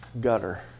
gutter